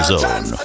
Zone